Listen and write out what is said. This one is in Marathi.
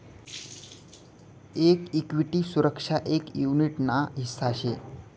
एक इक्विटी सुरक्षा एक युनीट ना हिस्सा शे